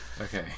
Okay